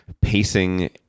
pacing